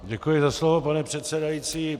Děkuji za slovo, pane předsedající.